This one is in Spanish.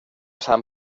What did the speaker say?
san